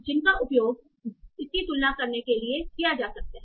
जिनका उपयोग इसकी तुलना करने के लिए किया जा सकता है